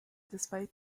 despite